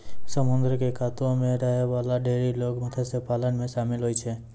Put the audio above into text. समुद्र क कातो म रहै वाला ढेरी लोग मत्स्य पालन म शामिल होय छै